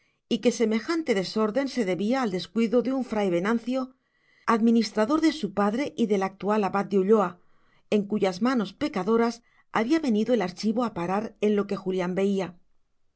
punto innecesaria y que semejante desorden se debía al descuido de un fray venancio administrador de su padre y del actual abad de ulloa en cuyas manos pecadoras había venido el archivo a parar en lo que julián veía